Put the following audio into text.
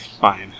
Fine